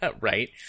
Right